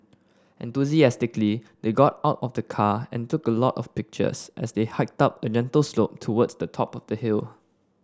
enthusiastically they got out of the car and took a lot of pictures as they hiked up a gentle slope towards the top of the hill